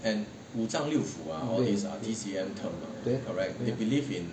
对呀